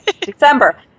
December